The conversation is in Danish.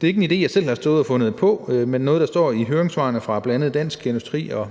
Det er ikke en idé, jeg selv har stået og fundet på, men noget, der står i høringssvarene fra bl.a. Dansk Industri og